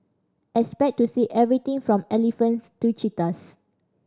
expect to see everything from elephants to cheetahs